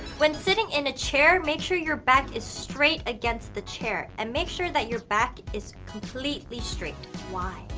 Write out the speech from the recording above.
when sitting in a chair, make sure your back is straight against the chair and make sure that your back is completely straight. why?